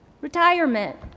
retirement